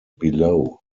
below